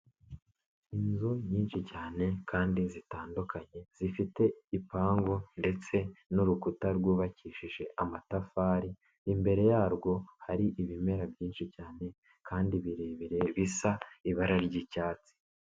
Inzu nyinshi cyane kandi zitandukanye zifite igipangu ndetse n'urukuta rwubakishije amatafari, imbere yarwo hari ibimera byinshi cyane kandi birebire bisa ibara ry'icyatsi.